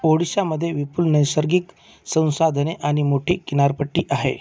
ओडिशामध्ये विपुल नैसर्गिक संसाधने आणि मोठी किनारपट्टी आहे